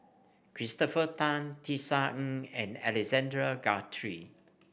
Christopher Tan Tisa Ng and Alexander Guthrie